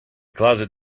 closet